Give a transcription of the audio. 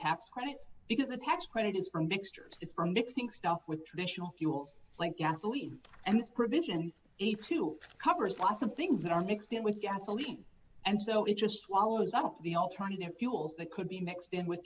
tax credit because the tax credit is for mixture it's for mixing stuff with traditional fuels like gasoline and this provision to covers lots of things that are mixed in with gasoline and so it just wallows up the alternative fuels that could be mixed in with